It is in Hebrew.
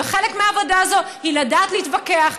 וחלק מהעבודה הזאת הוא לדעת להתווכח,